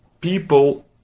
people